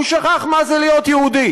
הוא שכח מה זה להיות יהודי.